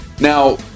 Now